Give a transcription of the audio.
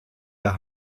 der